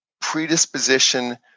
predisposition